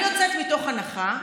אני יוצאת מתוך הנחה,